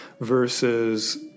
versus